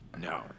No